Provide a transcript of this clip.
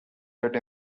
that